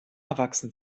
erwachsen